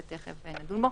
שתיכף נדון בו.